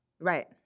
Right